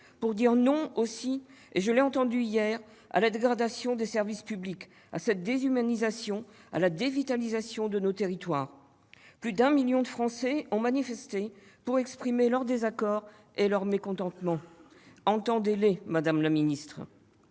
à dire « non »- je l'ai entendu -à la dégradation des services publics, à cette déshumanisation, à la dévitalisation de nos territoires. Plus de 1 million de Français ont manifesté pour exprimer leur désaccord et leur mécontentement ; entendez-les, madame la ministre